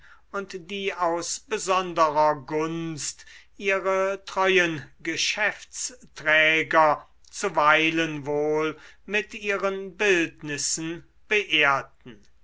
und die aus besonderer gunst ihre treuen geschäftsträger zuweilen wohl mit ihren bildnissen beehrten